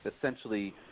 essentially